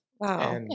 wow